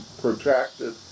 protracted